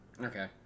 Okay